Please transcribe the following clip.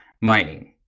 mining